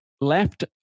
left